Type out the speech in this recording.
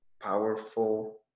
powerful